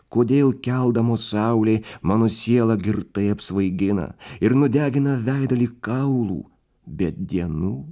kodėl keldamos saulė mano sielą girtai apsvaigina ir nudegina veidą lyg kaulų bet dienų